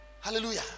hallelujah